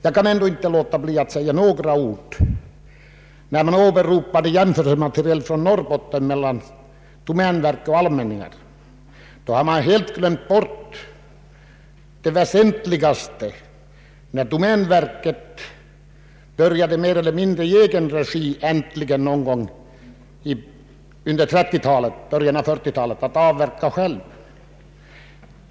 Jag kan ändå inte låta bli att säga några ord, när man åberopar jämförelsematerial från Norrbotten rörande domänverket och allmänningarna. Då har man helt glömt bort det väsentliga. Domänverket började under 1930-talet och i början av 1940-talet att självt avverka skog.